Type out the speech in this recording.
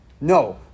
no